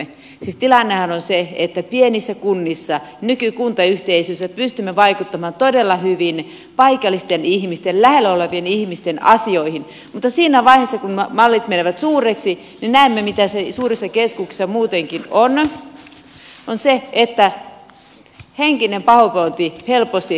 siis tilannehan on se että pienissä kunnissa nykykuntayhteisöissä pystymme vaikuttamaan todella hyvin paikallisten ihmisten lähellä olevien ihmisten asioihin mutta siinä vaiheessa kun mallit menevät suuriksi näemme mitä se suurissa keskuksissa muutenkin on ja se on se että henkinen pahoinvointi helposti kasvaa